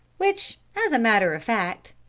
which, as a matter of fact,